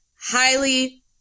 highly